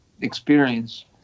experience